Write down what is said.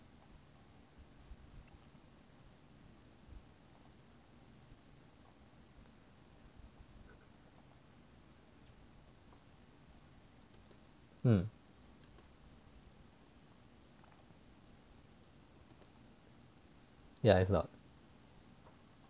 mm yeah it's lot